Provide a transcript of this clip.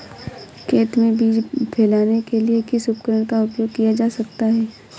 खेत में बीज फैलाने के लिए किस उपकरण का उपयोग किया जा सकता है?